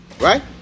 Right